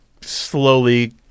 slowly